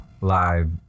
live